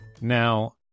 Now